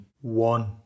one